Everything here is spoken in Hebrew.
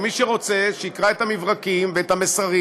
מי שרוצה שיקרא את המברקים ואת המסרים